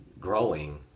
growing